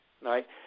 right